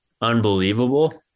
unbelievable